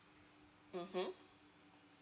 mmhmm